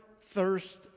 thirst